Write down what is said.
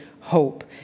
hope